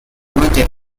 locomotive